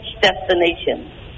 destination